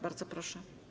Bardzo proszę.